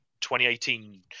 2018